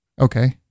Okay